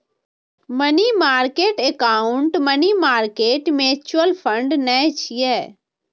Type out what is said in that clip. money market account money market mutual fund नै छियै